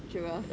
true ah